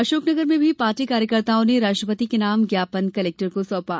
अशोकनगर में भी पार्टी कार्यकर्ताओं ने राष्ट्रपति के नाम ज्ञापन कलेक्टर को सौपा